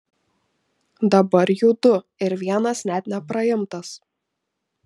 dabar jų du ir vienas net nepraimtas